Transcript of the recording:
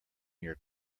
your